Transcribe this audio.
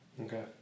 Okay